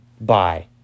bye